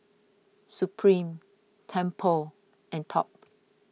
Supreme Tempur and Top